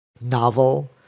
novel